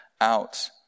out